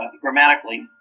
grammatically